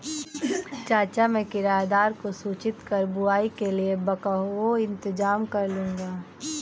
चाचा मैं किराएदार को सूचित कर बुवाई के लिए बैकहो इंतजाम करलूंगा